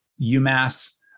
UMass